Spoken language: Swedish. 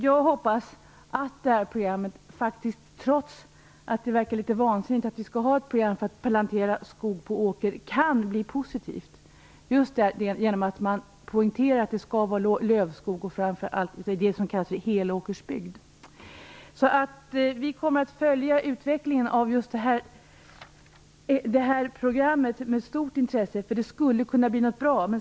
Jag hoppas att programmet - trots att det verkar litet vansinnigt att vi skall ha ett program för plantera skog på åker - kan bli positivt just genom att man poängterar att det skall vara lövskog i framför allt det som kallas för helåkersbygd. Vi kommer att följa utvecklingen av programmet med stort intresse. Det skulle kunna bli något bra.